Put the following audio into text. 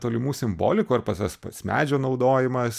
tolimų simbolikų ar pas as pats medžio naudojimas